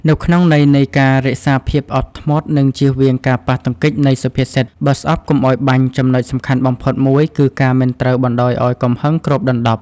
នៅក្នុងន័យនៃការរក្សាភាពអត់ធ្មត់ និងជៀសវាងការប៉ះទង្គិចនៃសុភាសិត "បើស្អប់កុំឲ្យបាញ់" ចំណុចសំខាន់បំផុតមួយគឺការមិនត្រូវបណ្តោយឲ្យកំហឹងគ្របដណ្ដប់។